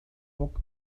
foc